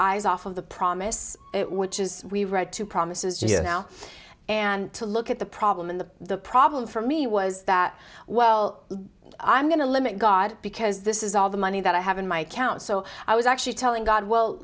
eyes off of the promise which is we read two promises just now and to look at the problem and the problem for me was that well i'm going to limit god because this is all the money that i have in my account so i was actually telling god well